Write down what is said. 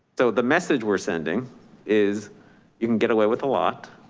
so the message we're sending is you can get away with a lot.